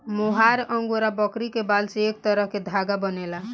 मोहयार Angora बकरी के बाल से एक तरह के धागा बनेला